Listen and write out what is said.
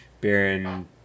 Baron